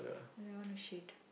I like want to shit